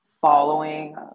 following